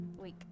week